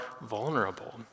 vulnerable